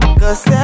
cause